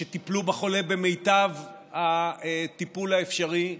שטיפלו בחולה במיטב הטיפול האפשרי,